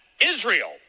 Israel